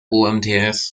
umts